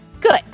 Good